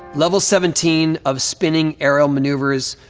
level seventeen of spinning aerial maneuvers,